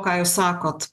ką jūs sakot